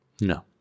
No